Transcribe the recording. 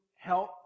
Help